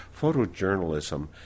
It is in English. photojournalism